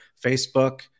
Facebook